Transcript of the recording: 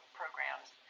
programs